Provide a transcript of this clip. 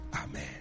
Amen